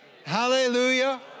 Hallelujah